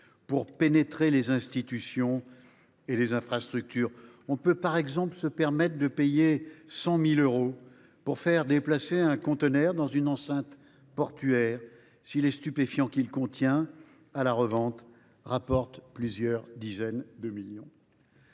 pour pénétrer les institutions et les infrastructures. On peut par exemple se permettre de payer 100 000 euros pour faire déplacer un conteneur dans une enceinte portuaire si les stupéfiants qu’il contient rapportent plusieurs dizaines de millions